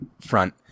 front